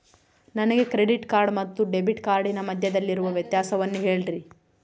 ನನಗೆ credit card ಮತ್ತು debit ಕಾರ್ಡಿನ ಮಧ್ಯದಲ್ಲಿರುವ ವ್ಯತ್ಯಾಸವನ್ನು ಹೇಳ್ರಿ?